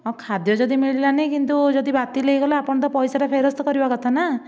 ହଁ ଖାଦ୍ୟ ଯଦି ମିଳିଲାନି କିନ୍ତୁ ଯଦି ବାତିଲ୍ ହୋଇଗଲା ଆପଣ ତ ପଇସାଟା ଫେରସ୍ତ କରିବା କଥା ନା